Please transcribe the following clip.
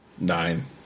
Nine